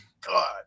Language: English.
god